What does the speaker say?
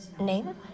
name